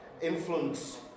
influence